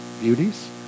beauties